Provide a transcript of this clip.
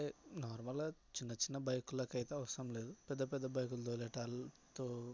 అంటే నార్మల్గా చిన్న చిన్న బైకులకైతే అవసరం లేదు పెద్ద పెద్ద బైకులు తోలేటోల తో